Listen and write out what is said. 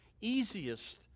easiest